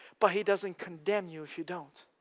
but he doesn't condemn you if you don't.